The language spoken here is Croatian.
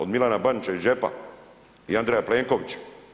Od Milana Bandića iz džepa i Andreja Plenkovića.